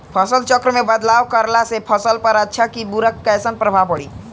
फसल चक्र मे बदलाव करला से फसल पर अच्छा की बुरा कैसन प्रभाव पड़ी?